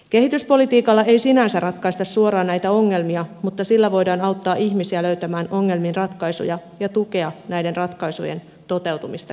kehityspolitiikalla ei sinänsä ratkaista suoraan näitä ongelmia mutta sillä voidaan auttaa ihmisiä löytämään ongelmiin ratkaisuja ja tukea näiden ratkaisujen toteutumista käytännössä